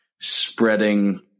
spreading